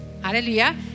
Hallelujah